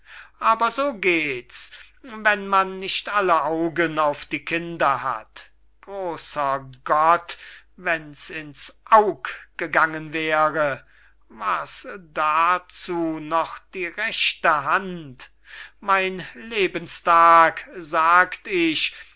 aber so geht's wenn man nicht alle augen auf die kinder hat großer gott wenn's in's aug gegangen wäre war's darzu noch die rechte hand mein lebens tag sagt ich